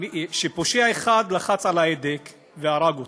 פושע אחד לחץ על ההדק והרג אותה.